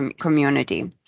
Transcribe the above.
community